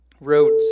wrote